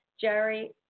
Jerry